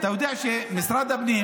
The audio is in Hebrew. אתה יודע שעכשיו משרד הפנים